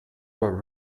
were